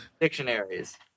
dictionaries